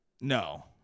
No